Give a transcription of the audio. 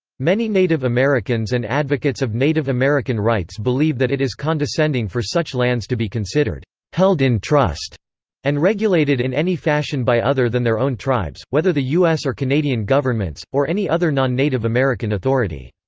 many native americans and advocates of native american rights believe that it is condescending for such lands to be considered held in trust and regulated in any fashion by other than their own tribes, whether the u s. or canadian governments, or any other non-native american authority.